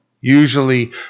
Usually